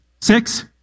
Six